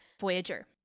Voyager